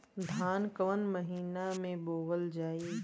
धान कवन महिना में बोवल जाई?